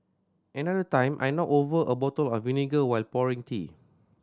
another time I knocked over a bottle of vinegar while pouring tea